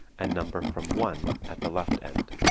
and number from one at the left end.